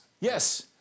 Yes